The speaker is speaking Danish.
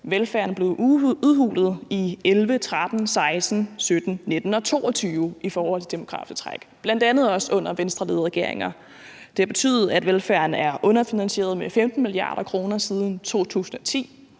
velfærden blev udhulet i 2011, 2013, 2016, 2017, 2019 og 2022 i forhold til det demografiske træk, bl.a. også under Venstreledede regeringer. Det har betydet, at velfærden er blevet underfinansieret med 15 mia. kr. siden 2010,